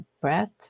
breath